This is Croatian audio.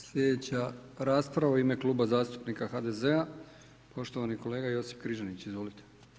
Slijedeća rasprava u ime Kluba zastupnika HDZ-a, poštovani kolega Josip Križanić, izvolite.